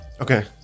okay